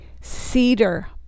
Cedar